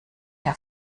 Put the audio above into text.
der